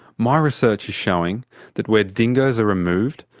my research is showing that where dingoes are removed,